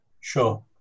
Sure